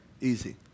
Easy